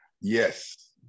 Yes